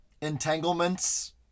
Entanglements